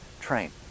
Train